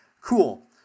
cool